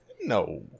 No